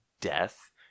death